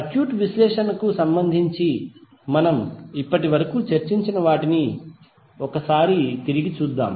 circuit విశ్లేషణకు సంబంధించి మనము ఇప్పటివరకు చర్చించిన వాటిని తిరిగి చూద్దాం